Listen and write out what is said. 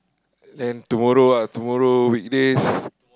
then tomorrow ah tomorrow weekdays